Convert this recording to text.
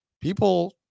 People